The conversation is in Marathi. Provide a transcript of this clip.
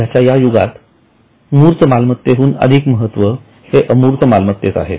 सध्याच्या या युगात मूर्त मालमतेहून'अधिक महत्व हे अमूर्त मालमत्तेस आहे